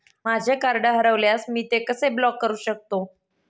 माझे कार्ड हरवल्यास मी ते कसे ब्लॉक करु शकतो?